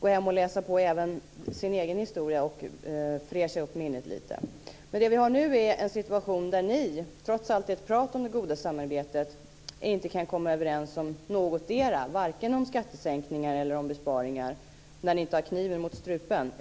gå hem och läsa på även sin egen historia och fräscha upp minnet lite. Men det vi har nu är en situation där ni, trots allt ert prat om det goda samarbetet, inte kan komma överens om någotdera - varken om skattesänkningar eller om besparingar - när ni inte har kniven mot strupen.